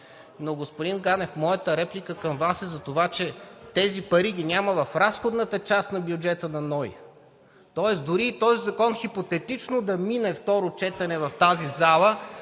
Но, господин Ганев, моята реплика към Вас е за това, че тези пари ги няма в разходната част на бюджета на НОИ. Тоест дори и този закон хипотетично да мине на второ четене в тази зала